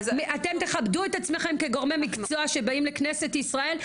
אתם תכבדו את עצמכם כגורמי מקצוע שבאים לכנסת ישראל,